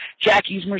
Jackie's